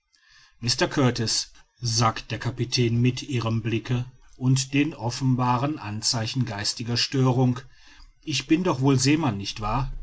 mr kurtis sagt der kapitän mit irrem blicke und den offenbaren anzeichen geistiger störung ich bin doch wohl seemann nicht wahr